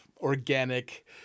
organic